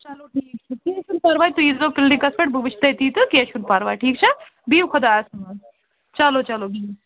چلوٹھیٖک چھُ کیٚنٛہہ چھُ نہٕ پرواے تُہۍ ییٖزیٚو کِلنکس پٮ۪ٹھ بہٕ وُِچھٕ تتی تہٕ کیٚنٛہہ چھُ نہٕ پرواے ٹھیٖک چھا بِہِو خُدایس حوال چلو چلو بِہِو